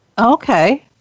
Okay